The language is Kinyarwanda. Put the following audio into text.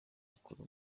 mukura